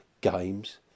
games